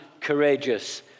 courageous